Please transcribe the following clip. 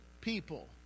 people